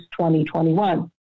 2021